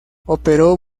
operó